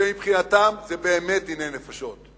שמבחינתם זה באמת דיני נפשות.